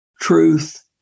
truth